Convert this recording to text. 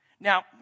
Now